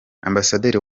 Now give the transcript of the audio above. ambasaderi